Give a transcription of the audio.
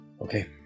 Okay